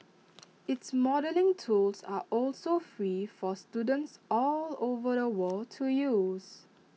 its modelling tools are also free for students all over the world to use